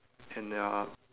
and there are